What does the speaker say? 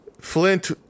Flint